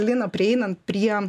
lina prieinant prie